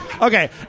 Okay